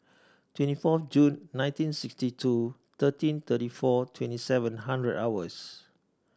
twenty four Jul nineteen sixty two thirteen thirty four twenty seven hundred hours